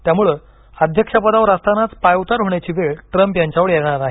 त्यामुळे अध्यक्षपदावर असतानाच पायउतार होण्याची वेळ ट्रंप यांच्यावर येणार नाही